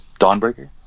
Dawnbreaker